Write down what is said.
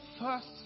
first